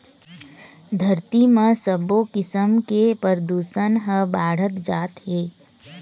धरती म सबो किसम के परदूसन ह बाढ़त जात हे